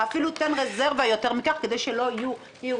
הורדה של כל מיני